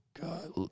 God